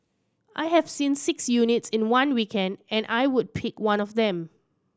I have seen six units in one weekend and I would pick one of them